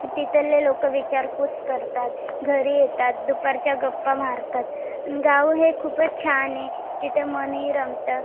तिथले लोक विचारपूस करतात घरी येतात दुपारच्या गप्पा मारतात आणि गाव हे खूपच छान आहे तिथं मनही रमतं